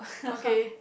okay